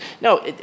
No